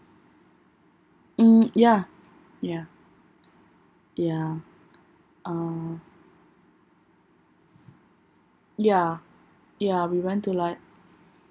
mm ya ya ya uh ya ya we went to like